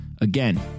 Again